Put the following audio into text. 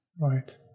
Right